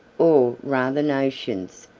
or rather nations,